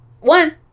one